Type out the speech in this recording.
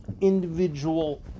individual